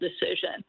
decision